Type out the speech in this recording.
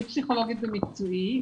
אני פסיכולוגית במקצועי.